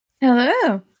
Hello